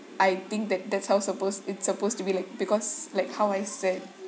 I think that that's how supposed it's supposed to be like because like how I said